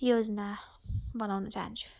योजना बनाउन चाहन्छु